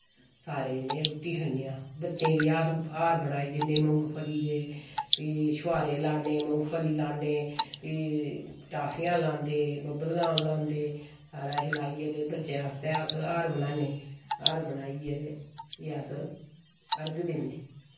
सारे जने रुट्टी खन्ने आं बच्चें गी अस हार बनाई दिन्ने मुंगफली दे फ्ही शुहारे लान्ने मुंगफली लान्ने फ्ही टाफियां लांदे बबलगम लांदे सारा किश लाइयै ते बच्चें आस्तै अस हार बनान्ने हार बनाइयै ते फ्ही अस अर्ग दिन्ने